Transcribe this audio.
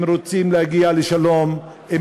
אם רוצים להגיע לשלום-אמת,